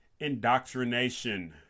indoctrination